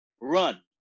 run